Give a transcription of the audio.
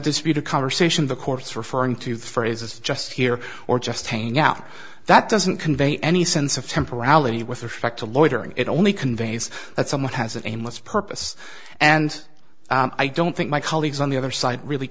disputed conversation the court's referring to the phrases just here or just hanging out that doesn't convey any sense of temporality with respect to loitering it only conveys that someone has a nameless purpose and i don't think my colleagues on the other side really